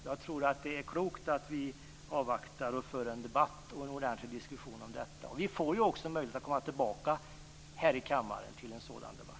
Jag tror att det är klokt att vi avvaktar och för en ordentlig diskussion om detta. Vi får också möjlighet att komma tillbaka här i kammaren till en sådan debatt.